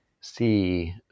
see